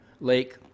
Lake